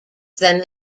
than